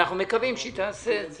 ואנחנו מקווים שהיא תעשה את זה.